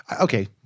okay